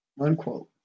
Unquote